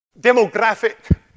demographic